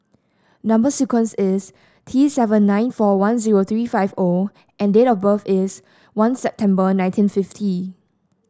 number sequence is T seven nine four one three five O and date of birth is one September nineteen fifty